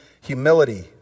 humility